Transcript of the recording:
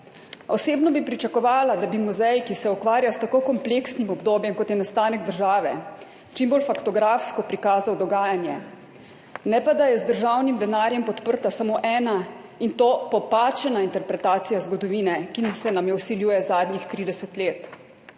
Osebno bi pričakovala, da bi muzej, ki se ukvarja s tako kompleksnim obdobjem, kot je nastanek države, čim bolj faktografsko prikazal dogajanje, ne pa da je z državnim denarjem podprta samo ena, in to popačena, interpretacija zgodovine, ki se nam jo vsiljuje zadnjih 30 let.